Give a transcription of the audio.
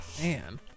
Man